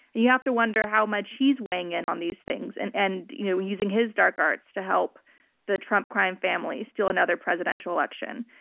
and you have to wonder how much he's weighing in on these things. and and you know using his dark arts to help the trump crime family steal another presidential election.